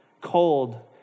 cold